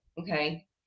Okay